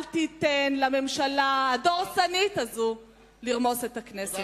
אל תיתן לממשלה הדורסנית הזאת לרמוס את הכנסת.